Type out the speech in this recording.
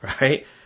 right